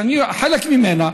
שאני חלק ממנה,